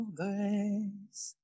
grace